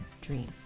dream